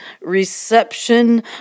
reception